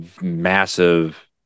massive